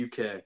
UK